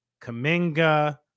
kaminga